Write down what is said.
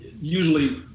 usually